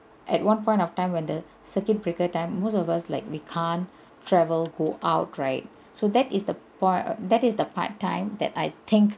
at one point of time when the circuit breaker time most of us like we can't travel go out right so that is the point that is the part time that I think